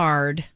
Hard